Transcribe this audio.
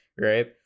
right